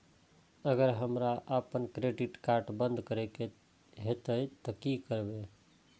अगर हमरा आपन क्रेडिट कार्ड बंद करै के हेतै त की करबै?